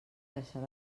deixar